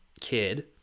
kid